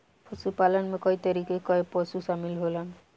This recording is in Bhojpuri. पशुपालन में कई तरीके कअ पशु शामिल होलन